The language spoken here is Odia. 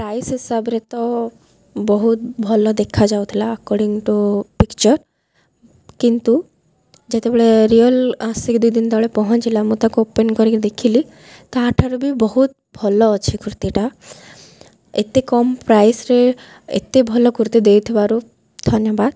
ପ୍ରାଇସ୍ ହିସାବରେ ତ ବହୁତ ଭଲ ଦେଖାଯାଉଥିଲା ଆକର୍ଡିଙ୍ଗ୍ ଟୁ ପିକ୍ଚର୍ କିନ୍ତୁ ଯେତେବେଳେ ରିଅଲ୍ ଆସିକି ଦୁଇଦିନ ତଳେ ପହଞ୍ଚିଲା ମୁଁ ତା'କୁ ଓପନ୍ କରିକି ଦେଖିଲି ତା'ଠାରୁ ବି ବହୁତ ଭଲ ଅଛି କୁର୍ତ୍ତୀଟା ଏତେ କମ୍ ପ୍ରାଇସରେ ଏତେ ଭଲ କୁର୍ତ୍ତୀ ଦେଇଥିବାରୁ ଧନ୍ୟବାଦ